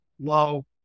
low